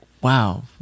wow